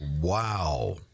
Wow